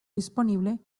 disponible